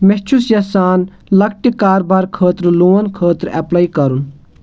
مےٚ چھُس یَژھان لۄکٹہِ کارٕبارٕ خٲطرٕ لون خٲطرٕ ایپلے کَرُن